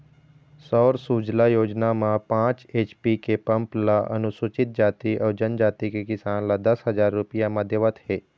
सौर सूजला योजना म पाँच एच.पी के पंप ल अनुसूचित जाति अउ जनजाति के किसान ल दस हजार रूपिया म देवत हे